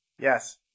yes